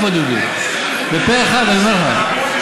זה פה אחד, אני אומר לך.